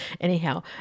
anyhow